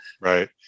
right